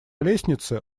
лестнице